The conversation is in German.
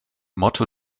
motto